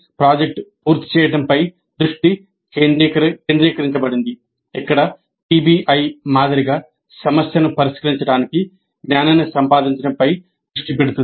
కాబట్టి ప్రాజెక్ట్ పూర్తి చేయడంపై దృష్టి కేంద్రీకరించబడింది ఇక్కడ పిబిఐ మాదిరిగా సమస్యను పరిష్కరించడానికి జ్ఞానాన్ని సంపాదించడంపై దృష్టి పెడుతుంది